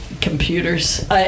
Computers